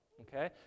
okay